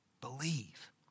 Believe